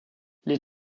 les